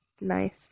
nice